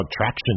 traction